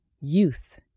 Youth